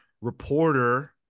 reporter